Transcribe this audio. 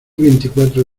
veinticuatro